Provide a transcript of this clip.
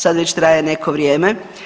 Sad već traje neko vrijeme.